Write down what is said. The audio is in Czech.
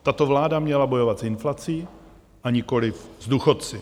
Tato vláda by měla bojovat s inflací, a nikoliv s důchodci.